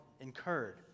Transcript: incurred